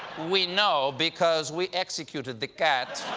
we know, because we executed the cat.